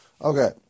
Okay